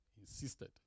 insisted